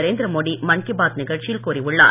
நரேந்திர மோடி மன் கி பாத் நிகழ்ச்சியில் கூறியுள்ளார்